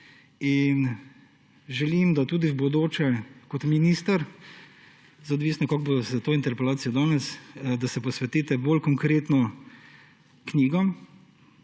Želim, da se tudi v bodoče kot minister – odvisno, kako bo s to interpelacijo danes – posvetite bolj konkretno knjigam,